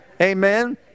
Amen